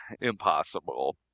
impossible